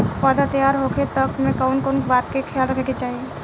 पौधा तैयार होखे तक मे कउन कउन बात के ख्याल रखे के चाही?